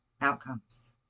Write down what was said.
outcomes